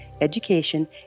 education